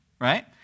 right